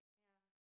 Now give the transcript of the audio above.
ya